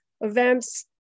events